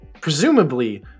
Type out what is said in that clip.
presumably